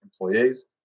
employees